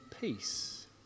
peace